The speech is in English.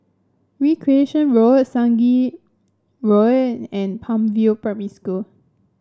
Recreation Road Sungei Road and Palm View Primary School